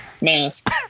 mask